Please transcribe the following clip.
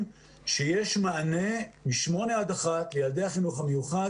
שיש מענה משעה 8:00 עד 13:00 לילדי החינוך המיוחד